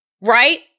right